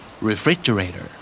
Refrigerator